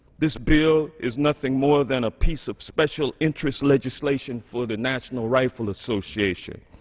this bill is nothing more than a piece of special interest legislation for the national rifle association.